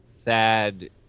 Thad